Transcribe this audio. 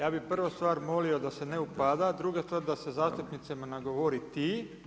Ja bi prvu stvar molio da se ne upada, druga stvar da se zastupnicima ne govori ti.